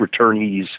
returnees